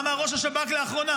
מה אמר ראש השב"כ לאחרונה?